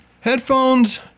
headphones